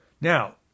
Now